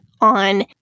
on